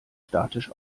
statisch